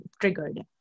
triggered